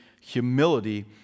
humility